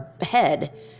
head